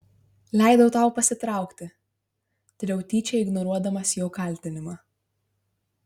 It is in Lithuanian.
leidau tau pasitraukti tariau tyčia ignoruodamas jo kaltinimą